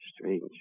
Strange